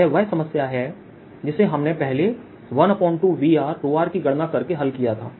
यह वह समस्या है जिसे हमने पहले 12Vrr की गणना करके हल किया था